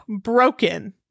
Broken